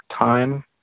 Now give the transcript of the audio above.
time